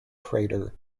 crater